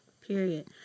Period